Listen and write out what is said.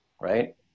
right